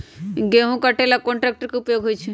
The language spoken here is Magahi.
गेंहू के कटे ला कोंन ट्रेक्टर के उपयोग होइ छई?